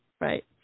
right